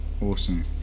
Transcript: Awesome